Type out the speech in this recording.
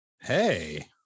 Hey